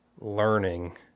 learning